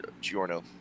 Giorno